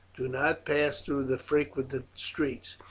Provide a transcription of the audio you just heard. do not pass through the frequented streets,